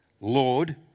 Lord